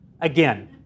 Again